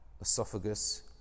esophagus